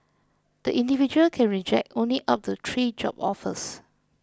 the individual can reject only up to three job offers